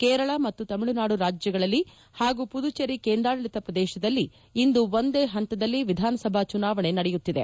ಕೇರಳ ಮತ್ತು ತಮಿಳುನಾಡು ರಾಜ್ಯಗಳಲ್ಲಿ ಹಾಗೂ ಮದುಚೇರಿ ಕೇಂದ್ರಾಡಳಿತ ಪ್ರದೇಶದಲ್ಲಿ ಇಂದು ಒಂದೇ ಹಂತದಲ್ಲಿ ವಿಧಾನಸಭಾ ಚುನಾವಣೆ ನಡೆಯುತ್ತಿದೆ